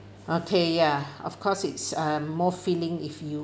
okay ya of course it's uh more feeling if you